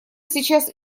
сейчас